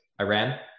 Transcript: iran